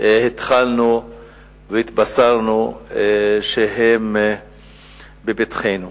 שהתחלנו והתבשרנו השבוע שהן בפתחנו.